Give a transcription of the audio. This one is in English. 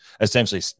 essentially